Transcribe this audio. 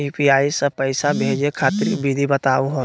UPI स पैसा भेजै खातिर विधि बताहु हो?